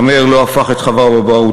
הנמר לא הפך את חברבורותיו.